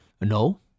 No